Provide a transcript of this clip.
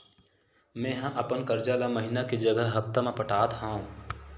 मेंहा अपन कर्जा ला महीना के जगह हप्ता मा पटात हव